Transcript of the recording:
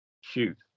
shoot